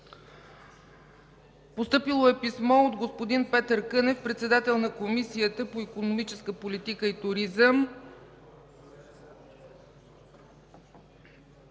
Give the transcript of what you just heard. Постъпило е писмо от господин Петър Кънев – председател на Комисията по икономическа политика и туризъм,